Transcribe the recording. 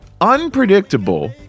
unpredictable